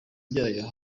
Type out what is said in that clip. byayo